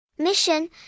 Mission